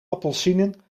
appelsienen